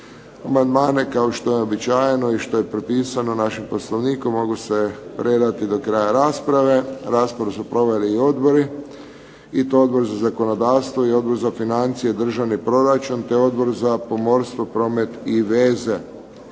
Amandmane kao što je uobičajeno i što je propisano našim Poslovnikom mogu se predati do kraja rasprave. Raspravu su proveli i odbori i to Odbor za zakonodavstvo i Odbor za financije i državni proračun te Odbor za pomorstvo, promet i veze.